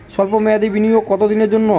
সল্প মেয়াদি বিনিয়োগ কত দিনের জন্য?